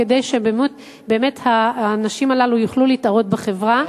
כדי שבאמת האנשים הללו יוכלו להתערות בחברה,